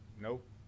nope